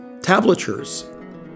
tablatures